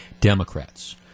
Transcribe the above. Democrats